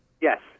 Yes